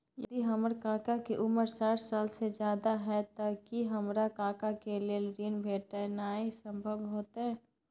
यदि हमर काका के उमर साठ साल से ज्यादा हय त की हमर काका के लेल ऋण भेटनाय संभव होतय?